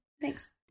Thanks